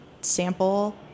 sample